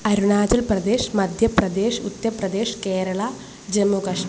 Arunachal Pradesh Madhya Pradesh Uttar Pradesh Kerala Jammu Kashmir